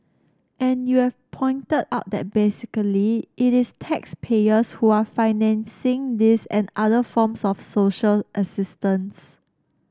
and you have pointed out that basically it is taxpayers who are financing this and other forms of social assistance